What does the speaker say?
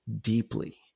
deeply